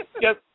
Yes